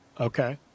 Okay